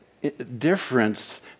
difference